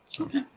okay